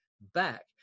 back